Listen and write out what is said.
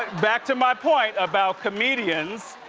back to my point about comedians,